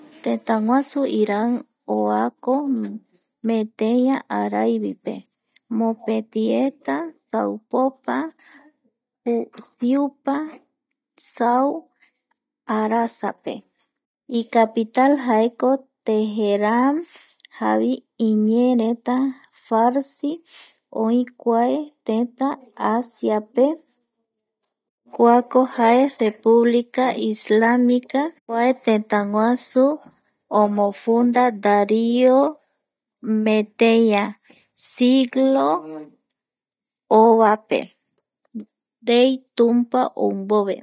Tëtäguasu Iran oako meteia araivipe mopeti eta saupopa siupa sau arasape, icapital jaeko tejeran javii iñeereta farsi oï kua tëtä asiape kuako jae república islamica kua tëtäguasu omofunda Dario meteia siglo ovape ndei Tumpa ou mbove